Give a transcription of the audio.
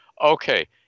okay